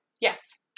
Yes